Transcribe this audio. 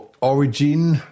origin